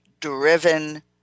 driven